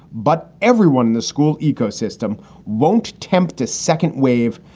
but everyone in the school ecosystem won't attempt to second wave,